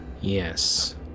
Yes